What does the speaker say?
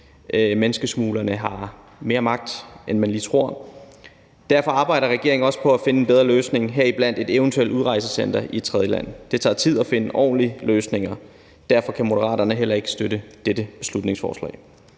Menneskesmuglerne har mere magt, end man lige tror, og derfor arbejder regeringen også på at finde en bedre løsning, heriblandt et eventuelt udrejsecenter i et tredjeland. Det tager tid at finde ordentlige løsninger. Derfor kan Moderaterne heller ikke støtte dette beslutningsforslag.